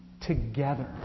together